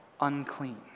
unclean